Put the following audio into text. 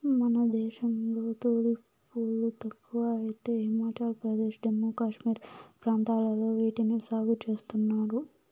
మన దేశంలో తులిప్ పూలు తక్కువ అయితే హిమాచల్ ప్రదేశ్, జమ్మూ కాశ్మీర్ ప్రాంతాలలో వీటిని సాగు చేస్తున్నారు